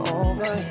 over